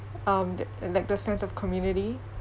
um th~ like the sense of community